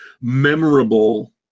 memorable